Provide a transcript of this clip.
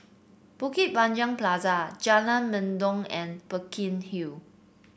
Bukit Panjang Plaza Jalan Mendong and Burkill Hall